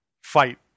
fight